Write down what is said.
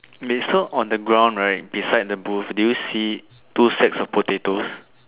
eh so on the ground right beside the booth do you see two sacks of potatoes